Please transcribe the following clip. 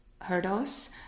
hurdles